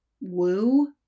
woo